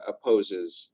opposes